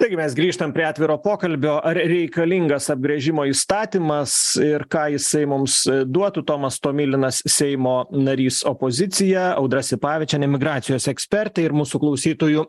taigi mes grįžtam prie atviro pokalbio ar reikalingas apgręžimo įstatymas ir ką jisai mums duotų tomas tomilinas seimo narys opozicija audra sipavičienė migracijos ekspertė ir mūsų klausytojų